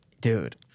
Dude